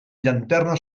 llanterna